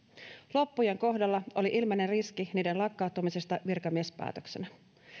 loppujen kohdalla oli ilmeinen riski niiden lakkauttamisesta virkamiespäätöksenä